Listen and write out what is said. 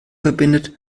verbindet